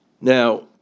Now